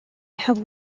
have